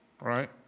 right